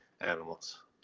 animals